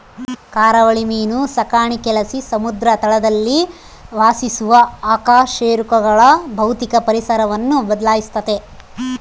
ಕರಾವಳಿ ಮೀನು ಸಾಕಾಣಿಕೆಲಾಸಿ ಸಮುದ್ರ ತಳದಲ್ಲಿ ವಾಸಿಸುವ ಅಕಶೇರುಕಗಳ ಭೌತಿಕ ಪರಿಸರವನ್ನು ಬದ್ಲಾಯಿಸ್ತತೆ